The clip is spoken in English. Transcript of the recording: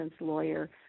lawyer